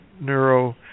neuro